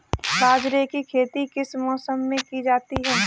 बाजरे की खेती किस मौसम में की जाती है?